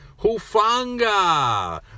Hufanga